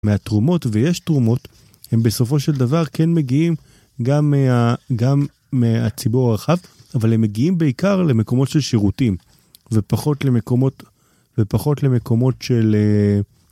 מהתרומות, ויש תרומות, הם בסופו של דבר כן מגיעים גם מהציבור הרחב, אבל הם מגיעים בעיקר למקומות של שירותים, ופחות למקומות של...